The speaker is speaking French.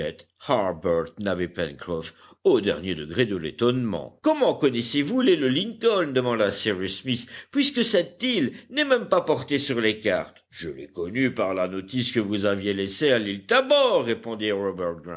et pencroff au dernier degré de l'étonnement comment connaissez-vous l'île lincoln demanda cyrus smith puisque cette île n'est même pas portée sur les cartes je l'ai connue par la notice que vous aviez laissée à l'île tabor répondit